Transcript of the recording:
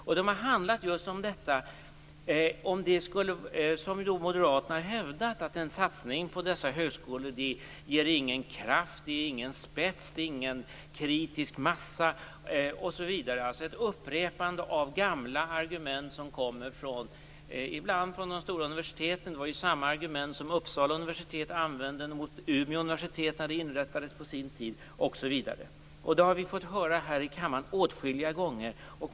Moderaterna har då hävdat att en satsning på dessa högskolor inte ger någon kraft, att det inte är någon spets eller någon kritisk massa. Det har varit ett upprepande av gamla argument från de stora universiteten. Uppsala universitet använde samma argument mot Umeå universitet när detta inrättades. Detta har vi fått höra här i kammaren åtskilliga gånger.